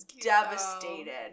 devastated